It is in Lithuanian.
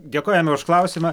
dėkojame už klausimą